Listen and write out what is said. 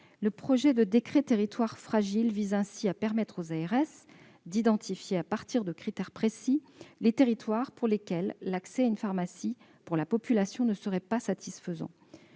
Le projet de décret relatif aux territoires fragiles vise ainsi à permettre aux ARS d'identifier, à partir de critères précis, les territoires pour lesquels l'accès à une pharmacie pour la population ne serait pas satisfaisant.